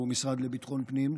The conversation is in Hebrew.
והוא המשרד לביטחון פנים,